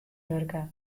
wurke